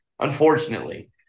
Unfortunately